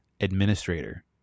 administrator